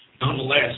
nonetheless